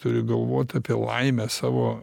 turi galvot apie laimę savo